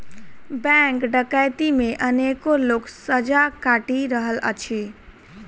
bank डकैती मे अनेको लोक सजा काटि रहल अछि